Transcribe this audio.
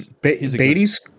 Beatty's